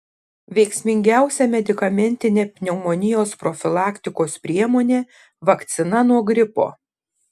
veiksmingiausia medikamentinė pneumonijos profilaktikos priemonė vakcina nuo gripo